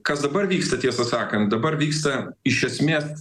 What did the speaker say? kas dabar vyksta tiesą sakant dabar vyksta iš esmės